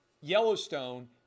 Yellowstone